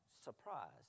surprised